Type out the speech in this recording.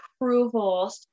approval